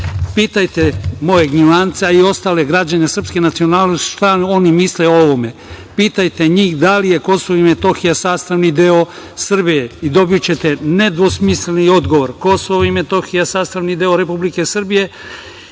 Pitajte moje Gnjilance, a i ostale građane srpske nacionalnosti, šta oni misle o ovome. Pitajte njih da li je Kosovo i Metohija sastavni deo Srbije i dobićete nedvosmisleni odgovor. Kosovo i Metohija je sastavni deo Republike Srbije